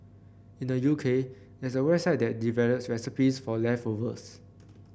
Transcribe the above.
in the U K there's a website that develops recipes for leftovers